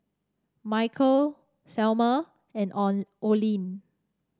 Michale Selmer and Oline